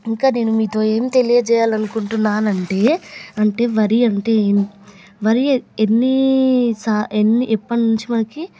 ఇంకా నేను మీతో ఏం తెలియచేయాలి అనుకుంటున్నాను అంటే వరి అంటే వరి ఎన్ని సా ఎన్ని ఎప్పటినుంచి మనకి